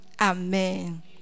Amen